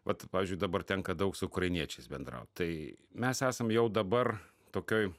vat pavyzdžiui dabar tenka daug su ukrainiečiais bendraut tai mes esam jau dabar tokioj